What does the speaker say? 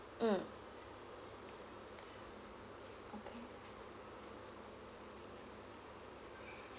mm okay